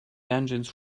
engines